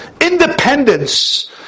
Independence